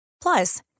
Plus